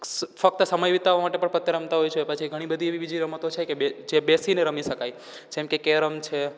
ફક્ત સમય વિતાવવા માટે પણ પત્તે રમતાં હોય છે પછી ઘણી બધી એવી બીજી રમતો છે કે બે જે બેસીને રમી શકાય જેમકે કેરમ છે